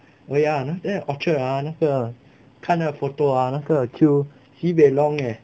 oh ya last time ochard ah 那个看那个 photo ah 那个 queue sibei long eh